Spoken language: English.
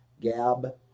gab